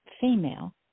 female